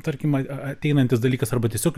tarkim ateinantis dalykas arba tiesiog